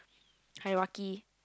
hierarchy